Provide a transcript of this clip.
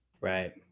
Right